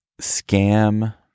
scam